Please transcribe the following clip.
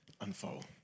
unfold